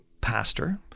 pastor